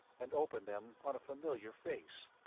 and opened them on a familiar face.